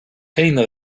eina